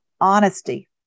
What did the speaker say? honesty